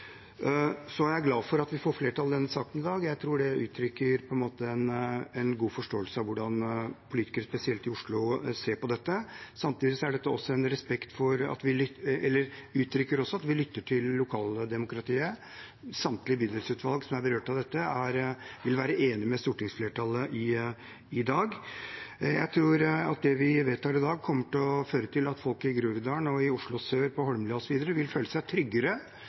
Så er jeg glad for at vi får flertall i denne saken i dag. Jeg tror det uttrykker en god forståelse av hvordan politikere, spesielt i Oslo, ser på dette. Samtidig uttrykker dette også at vi lytter til lokaldemokratiet. Samtlige bydelsutvalg som er berørt av dette, vil være enig med stortingsflertallet i dag. Jeg tror at det vi vedtar i dag, kommer til å føre til at folk i Groruddalen og i Oslo sør, på Holmlia osv., vil føle seg tryggere,